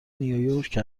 نیویورک